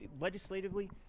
legislatively